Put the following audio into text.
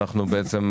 בעצם,